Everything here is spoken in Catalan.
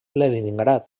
leningrad